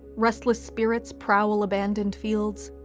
restless spirits prowl abandoned fields,